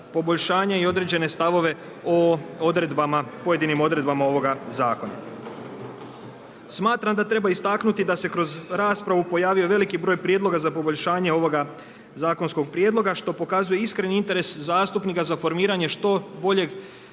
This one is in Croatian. i određene stavove o pojedinim odredbama ovoga zakona. Smatram da treba istaknuti da se kroz raspravu pojavio veliki broj prijedloga za poboljšanje ovoga zakonskog prijedloga što pokazuje iskreni interes zastupnika za formiranje što bolje